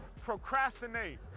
Procrastinate